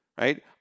right